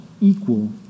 equal